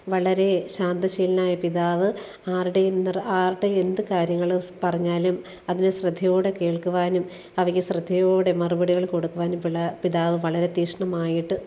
വളരെ ശാന്തശീലനായ പിതാവ് ആരുടെയും നിറ ആരുടെയും എന്ത് കാര്യങ്ങൾ സ് പറഞ്ഞാലും അതിനെ ശ്രദ്ധയോടെ കേൾക്കുവാനും അവയ്ക്ക് ശ്രദ്ധയോടെ മറുപടികൾ കൊടുക്കുവനും പിള്ള പിതാവ് വളരെ തീക്ഷ്ണമായിട്ട്